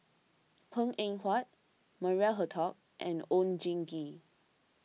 Png Eng Huat Maria Hertogh and Oon Jin Gee